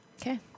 Okay